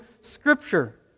Scripture